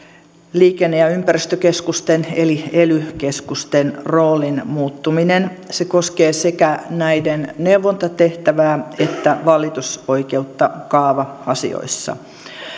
liikenne ja ympäristökeskusten eli ely keskusten roolin muuttuminen se koskee sekä näiden neuvontatehtävää että valitusoi keutta kaava asioissa